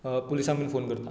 पुलिसांक बी फोन करता